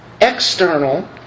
external